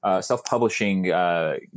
self-publishing